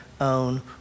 own